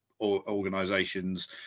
organizations